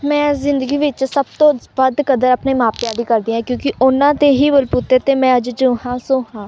ਮੈਂ ਜ਼ਿੰਦਗੀ ਵਿੱਚ ਸਭ ਤੋਂ ਵੱਧ ਕਦਰ ਆਪਣੇ ਮਾਪਿਆਂ ਦੀ ਕਰਦੀ ਹਾਂ ਕਿਉਂਕਿ ਉਹਨਾਂ ਦੇ ਹੀ ਬਲਬੂਤੇ 'ਤੇ ਮੈਂ ਅੱਜ ਜੋ ਹਾਂ ਸੋ ਹਾਂ